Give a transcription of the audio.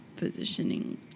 positioning